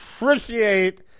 appreciate